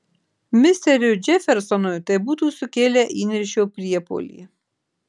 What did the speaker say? misteriui džefersonui tai būtų sukėlę įniršio priepuolį